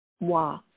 moi